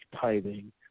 tithing